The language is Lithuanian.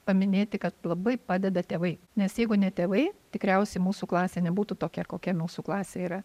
paminėti kad labai padeda tėvai nes jeigu ne tėvai tikriausiai mūsų klasė nebūtų tokia kokia mūsų klasė yra